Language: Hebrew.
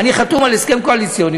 אני חתום על הסכם קואליציוני,